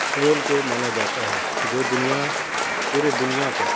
fit بال کو مانا جاتا ہے جو دینا پورے دنیا کا